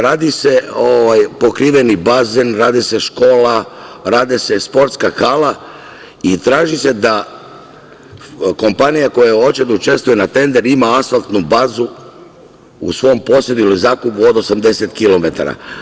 Radi se pokriveni bazen, radi se škola, radi se sportska hala i traži se da kompanija koja hoće da učestvuje na tender ima asfaltnu bazu u svom posedu ili zakupu od 80 kilometara.